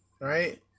right